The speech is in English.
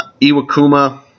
Iwakuma